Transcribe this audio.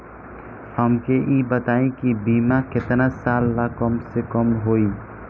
हमके ई बताई कि बीमा केतना साल ला कम से कम होई?